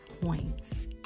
points